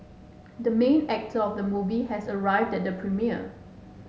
the main actor of the movie has arrived at the premiere